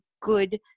good